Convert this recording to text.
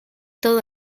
todo